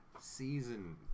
season